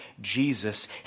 Jesus